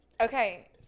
Okay